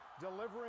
delivering